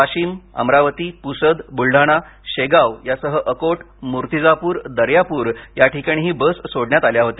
वाशिम अमरावती पुसद बुलढाणा शेगाव यासह अकोट मुर्तीजापुर दर्यापूर याठिकाणीही बस सोडण्यात आल्या होत्या